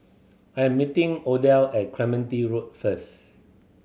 I'm meeting Odell at Clementi Road first